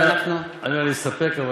אני אומר להסתפק.